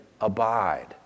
abide